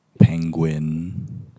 Penguin